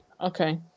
Okay